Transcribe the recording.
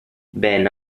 ben